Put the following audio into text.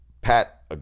Pat